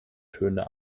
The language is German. töne